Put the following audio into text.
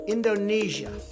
Indonesia